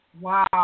Wow